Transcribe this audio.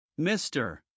Mr